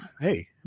hey